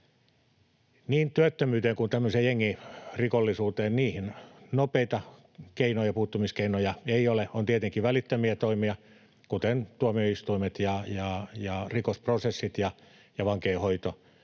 Niin työttömyyteen kuin tämmöiseen jengirikollisuuteen nopeita puuttumiskeinoja ei ole. On tietenkin välittömiä toimia, kuten tuomioistuimet ja rikosprosessit ja vankeinhoito,